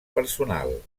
personal